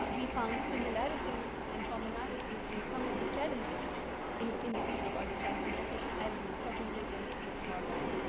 ah we found similarities and commonalities in some of the challenges in in the field of early childhood education. i'll be talking later but about that.